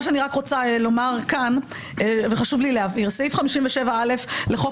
מה שחשוב לי להבהיר הוא שסעיף 57א לחוק